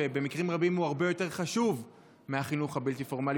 ובמקרים רבים הוא הרבה יותר חשוב מהחינוך הבלתי-פורמלי,